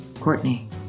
Courtney